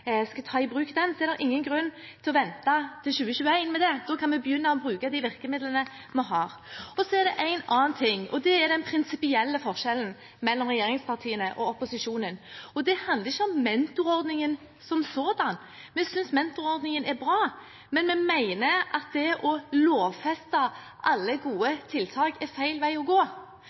skal ta den i bruk, er det ingen grunn til å vente til 2021 med det. Da kan vi begynne å bruke de virkemidlene vi har. Så er det en annen ting, og det er den prinsipielle forskjellen mellom regjeringspartiene og opposisjonen. Det handler ikke om mentorordningen som sådan – vi synes mentorordningen er bra. Men vi mener at det å lovfeste alle gode tiltak er feil vei å gå.